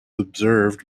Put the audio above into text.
observed